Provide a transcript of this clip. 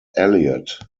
elliott